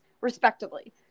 respectively